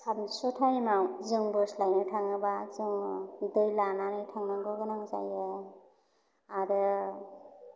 सानसु थाइमाव जें बोस्लायनो थाङोबा जोङो दै लानानै थांनांगौ गोनां जायो आरो